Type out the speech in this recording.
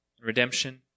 redemption